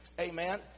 Amen